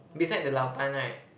beside the Lao-Ban right